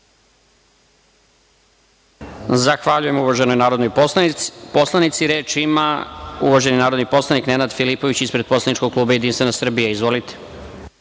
Zahvaljujem uvaženoj narodnoj poslanici. Reč ima uvaženi narodni poslanik Nenad Filipović, ispred poslaničkog kluba Jedinstvena Srbija. Izvolite.